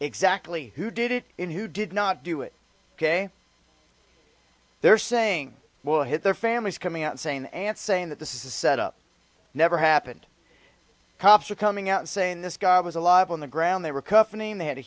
exactly who did it in who did not do it ok they're saying will hit their families coming out saying and saying that this is a set up never happened cops are coming out saying this guy was alive on the ground they were covering they had a